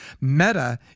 Meta